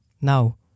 Now